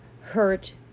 hurt